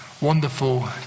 wonderful